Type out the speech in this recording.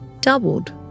doubled